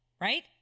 right